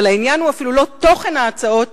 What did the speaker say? אבל העניין הוא אפילו לא תוכן ההצעות,